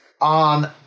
on